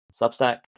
substack